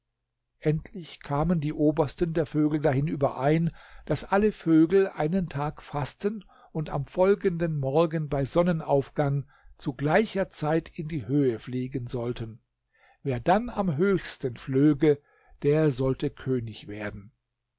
endlich kamen die obersten der vögel dahin überein daß alle vögel einen tag fasten und am folgenden morgen bei sonnenaufgang zu gleicher zeit in die höhe fliegen sollten wer dann am höchsten flöge der sollte könig werden